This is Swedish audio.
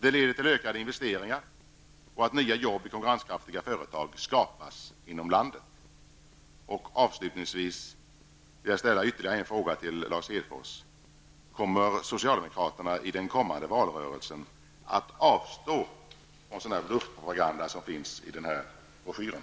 Det leder till att investeringarna ökar och till att nya jobb i konkurrenskraftiga företag skapas inom landet. Lars Hedfors. Kommer socialdemokraterna i den kommande valrörelsen att avstå från en sådan bluffpropaganda som finns i den här broschyren?